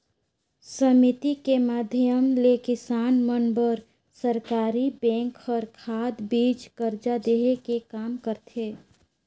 समिति के माधियम ले किसान मन बर सरकरी बेंक हर खाद, बीज, करजा देहे के काम करथे